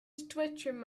stretching